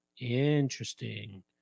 Interesting